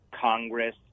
Congress